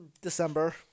December